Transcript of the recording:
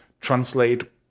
translate